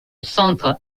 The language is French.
centre